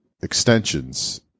extensions